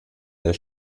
der